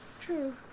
True